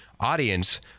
audience